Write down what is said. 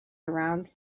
around